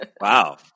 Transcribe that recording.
wow